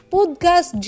Podcast